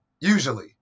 usually